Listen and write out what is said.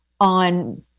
on